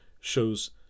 shows